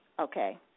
Okay